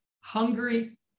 hungry